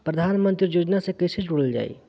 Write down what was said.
प्रधानमंत्री योजना से कैसे जुड़ल जाइ?